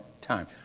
time